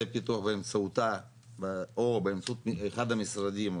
פיתוח באמצעותה או באמצעות אחד המשרדים,